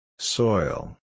Soil